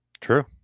True